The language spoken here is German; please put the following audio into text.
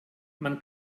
man